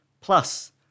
Plus